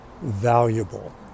valuable